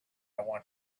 want